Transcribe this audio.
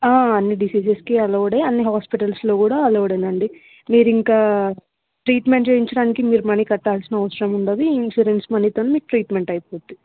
అన్నీ డిసీజెస్కి అలౌడ్ అన్నీ హాస్పిటల్స్లో కూడా అలౌడ్ అండి మీరు ఇంకా ట్రీట్మెంట్ చేయించడానికి మీరు మనీ కట్టాల్సిన అవసరం ఉండదు ఈ ఇన్సూరెన్స్ మనీతో మీ ట్రీట్మెంట్ అయిపోద్ది